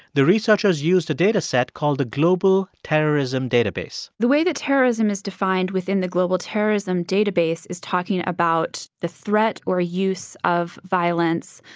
the researchers used a dataset called the global terrorism database the way that terrorism is defined within the global terrorism database is talking about the threat or use of violence,